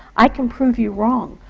i can prove you wrong.